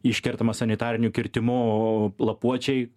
iškertama sanitariniu kirtimu lapuočiai